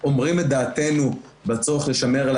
אומרים את דעתנו על הצורך לשמר על